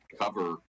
cover